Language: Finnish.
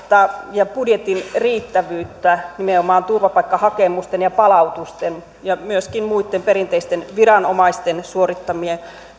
ja budjetin riittävyyttä nimenomaan turvapaikkahakemusten ja palautusten ja myöskin muitten perinteisten viranomaisten suorittamien